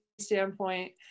standpoint